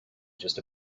just